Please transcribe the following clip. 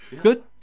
Good